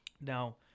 now